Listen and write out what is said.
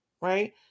right